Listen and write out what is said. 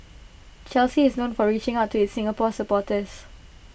Chelsea is known for reaching out to its Singapore supporters